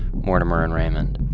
mortimer and raymond.